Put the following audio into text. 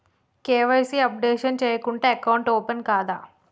KYC updation చేయకుంటే account open కాదా?